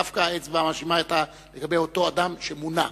שדווקא האצבע המאשימה היתה כלפי אותו אדם שמונה.